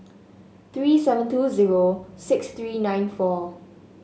three seven two zero six three nine four